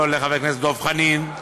או לחבר הכנסת דב חנין,